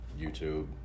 YouTube